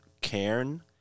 cairn